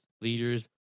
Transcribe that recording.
leaders